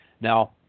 Now